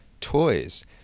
toys